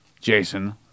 Jason